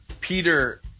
Peter